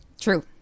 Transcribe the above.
True